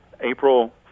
April